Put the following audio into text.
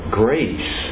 grace